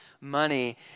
money